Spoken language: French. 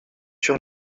sur